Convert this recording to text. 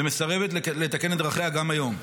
ומסרבת לתקן את דרכיה גם היום.